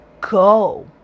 go